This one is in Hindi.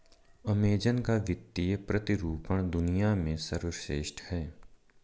अमेज़न का वित्तीय प्रतिरूपण दुनिया में सर्वश्रेष्ठ है